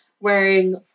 wearing